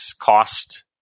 cost